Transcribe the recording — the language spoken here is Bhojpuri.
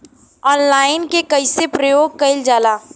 ऑनलाइन के कइसे प्रयोग कइल जाला?